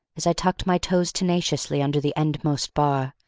as i tucked my toes tenaciously under the endmost bar,